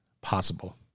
possible